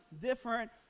different